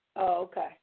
Okay